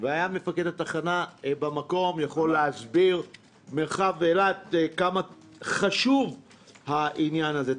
והיה מפקד התחנה במקום יכול להסביר כמה חשוב העניין הזה במרחב אילת.